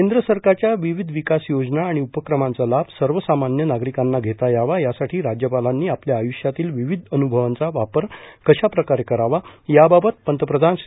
केंद्र सरकारच्या विविध विकास योजना आणि उपक्रमांचा लाभ सर्वसामान्य नागरिकांना घेता यावा यासाठी राज्यपालांनी आपल्या आयुष्यातील विविध अनुभवांचा वापर कशा प्रकारे करावा याबाबत पंतप्रधान श्री